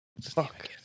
Fuck